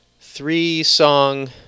three-song